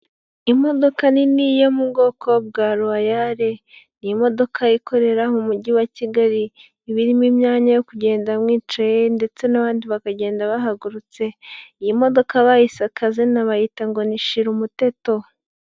Imodoka nini yo mu bwoko bwa Rowayale, ni imodoka ikorera mu Mujyi wa Kigali, iba irimo imyanya yo kugenda mwicaye ndetse n'abandi bakagenda bahagurutse, iyi modoka bayise akazina bayita ngo ni shira umuteto.